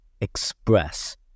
Express